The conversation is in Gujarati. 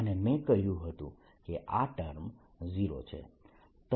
અને મેં કહ્યું હતું કે આ ટર્મ 0 છે